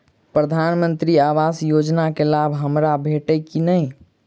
प्रधानमंत्री आवास योजना केँ लाभ हमरा भेटतय की नहि?